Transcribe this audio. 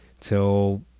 till